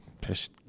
Pissed